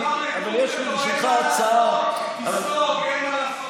אבל יש לי בשבילך הצעה, חבר הכנסת האוזר.